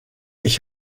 ich